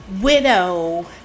widow